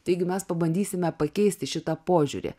taigi mes pabandysime pakeisti šitą požiūrį